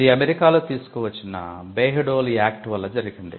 ఇది అమెరికాలో తీసుకు వచ్చిన బేహ్ డోల్ యాక్ట్ వల్ల జరిగింది